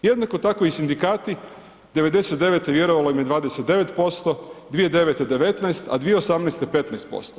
Jednako tako i sindikati 1999. vjerovalo im je 29%, 2009. 19, a 2018. 15%